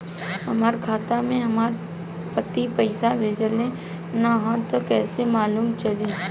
हमरा खाता में हमर पति पइसा भेजल न ह त कइसे मालूम चलि?